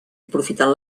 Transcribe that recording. aprofitant